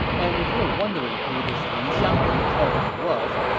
and if you are wondering who this lin xiangru character was,